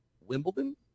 Wimbledon